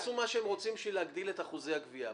שיעשו מה שהם רוצים בשביל להגדיל את אחוזי הגבייה.